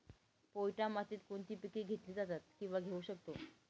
पोयटा मातीत कोणती पिके घेतली जातात, किंवा घेऊ शकतो?